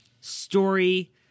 story